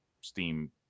Steam